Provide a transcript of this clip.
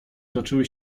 toczyły